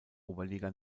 oberliga